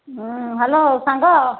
ହଁ ହେଲୋ ସାଙ୍ଗ